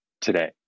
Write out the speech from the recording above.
today